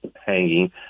hanging